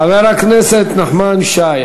חבר הכנסת נחמן שי,